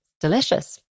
delicious